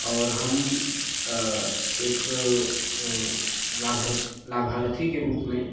और हम अ एक लाभार लाभार्थी के रूप में